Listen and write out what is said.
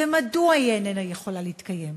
ומדוע היא איננה יכולה להתקיים?